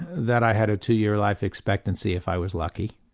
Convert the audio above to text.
that i had a two year life expectancy if i was lucky.